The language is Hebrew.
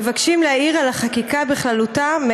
מבקשים להעיר על החקיקה בכללותה,